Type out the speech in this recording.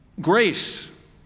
grace